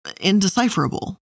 indecipherable